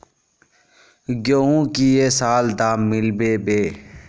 गेंहू की ये साल दाम मिलबे बे?